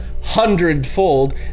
hundredfold